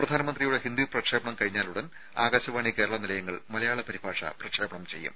പ്രധാനമന്ത്രിയുടെ ഹിന്ദി പ്രക്ഷേപണം കഴിഞ്ഞാലുടൻ ആകാശവാണിയുടെ കേരള നിലയങ്ങൾ മലയാള പരിഭാഷ പ്രക്ഷേപണം ചെയ്യും